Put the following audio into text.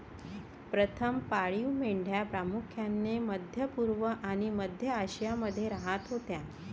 प्रथम पाळीव मेंढ्या प्रामुख्याने मध्य पूर्व आणि मध्य आशियामध्ये राहत होत्या